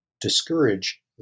discourage